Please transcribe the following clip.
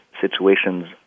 situations